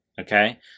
Okay